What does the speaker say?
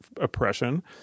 oppression